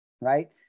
right